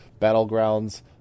Battlegrounds